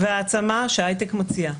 ואת ההעצמה שההייטק מציע.